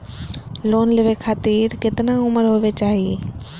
Loan लेवे खातिर केतना उम्र होवे चाही?